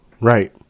right